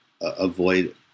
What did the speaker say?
avoid